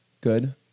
good